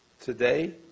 Today